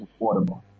affordable